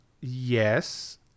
yes